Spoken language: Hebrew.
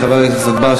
חבר הכנסת בר,